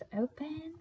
open